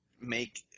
make